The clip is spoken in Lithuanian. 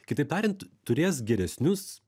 kitaip tariant turės geresnius